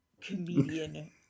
comedian